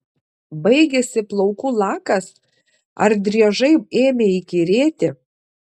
baigėsi plaukų lakas ar driežai ėmė įkyrėti